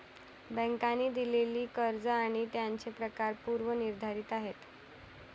बँकांनी दिलेली कर्ज आणि त्यांचे प्रकार पूर्व निर्धारित आहेत